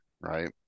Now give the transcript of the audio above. Right